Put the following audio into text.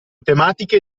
tematiche